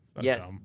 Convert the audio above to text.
Yes